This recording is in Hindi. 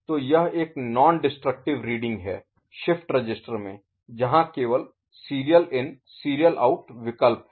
तो यह एक नॉन डिस्ट्रक्टिव Non Destructive गैर विनाशकारी रीडिंग है शिफ्ट रजिस्टर में जहां केवल SISO विकल्प है